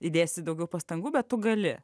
įdėsi daugiau pastangų bet tu gali